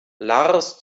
lars